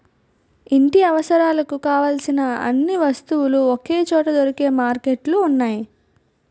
ఇంటి అవసరాలకు కావలసిన అన్ని వస్తువులు ఒకే చోట దొరికే మార్కెట్లు ఉన్నాయి